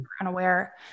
unaware